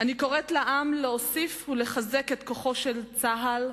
"אני קוראת לעם להוסיף ולחזק את כוחו של צה"ל,